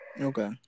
okay